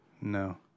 No